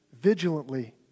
vigilantly